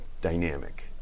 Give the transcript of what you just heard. dynamic